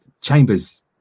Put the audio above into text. Chambers